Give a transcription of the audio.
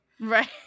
Right